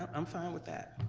i'm fine with that.